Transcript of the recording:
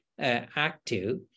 active